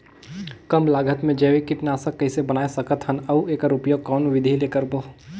कम लागत मे जैविक कीटनाशक कइसे बनाय सकत हन अउ एकर उपयोग कौन विधि ले करबो?